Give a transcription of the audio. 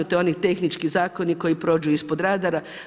To su oni tehnički zakoni koji prođu ispod radara.